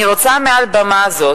אני רוצה מעל במה זו